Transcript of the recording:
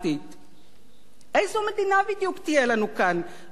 איזו מדינה בדיוק תהיה לנו כאן בין הים לירדן?